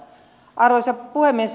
arvoisa puhemies